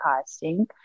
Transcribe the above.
casting